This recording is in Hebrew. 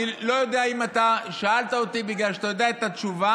אני לא יודע אם אתה שאלת אותי בגלל שאתה יודע את התשובה,